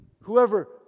whoever